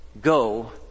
go